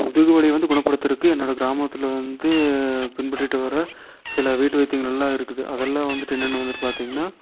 முதுகுவலியை வந்து குணப்படுத்துறதுக்கு என்னோட கிராமத்தில் வந்து பின்பற்றிட்டு வர சில வீட்டு வைத்தியங்களல்லாம் இருக்குது அதல்லாம் வந்துட்டு என்னன்னு வந்துட்டு பார்த்தீங்கன்னா